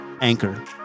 Anchor